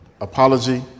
apology